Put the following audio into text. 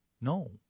No